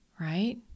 right